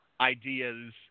ideas